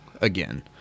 again